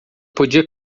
podia